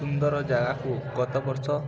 ସୁନ୍ଦର ଜାଗାକୁ ଗତବର୍ଷ